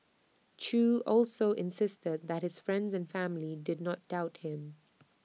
chew also insisted that his friends and family did not doubt him